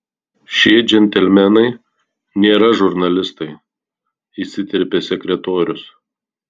šie džentelmenai nėra žurnalistai įsiterpė sekretorius